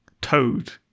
toad